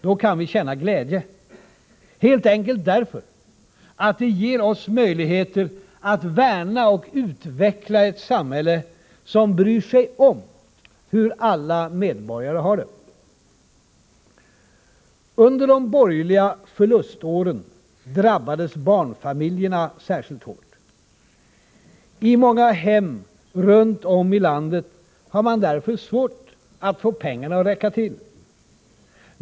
Då kan vi känna glädje, helt enkelt därför att det ger oss möjligheter att värna och utveckla ett samhälle som bryr sig om hur alla medborgare har det. Under de borgerliga förluståren drabbades barnfamiljerna särskilt hårt. I många hem runt om i landet har man därför svårt att få pengarna att räcka till.